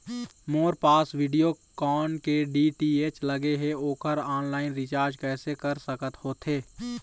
मोर पास वीडियोकॉन के डी.टी.एच लगे हे, ओकर ऑनलाइन रिचार्ज कैसे कर सकत होथे?